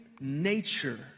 nature